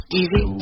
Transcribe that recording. easy